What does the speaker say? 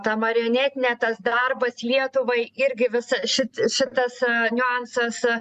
ta marionetinė tas darbas lietuvai irgi visą šit šitas niuansas